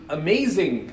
amazing